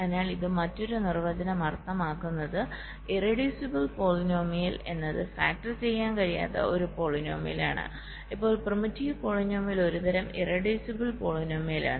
അതിനാൽ ഇത് മറ്റൊരു നിർവചനം അർത്ഥമാക്കുന്നത് ഇറെഡൂസിബിൾ പോളിനോമിയൽ എന്നത് ഫാക്ടർ ചെയ്യാൻ കഴിയാത്ത ഒരു പോളിനോമിയൽ ആണ് ഇപ്പോൾ പ്രിമിറ്റീവ് പോളിനോമിയൽ ഒരു തരം ഇറെഡൂസിബിൾ പോളിനോമിയലാണ്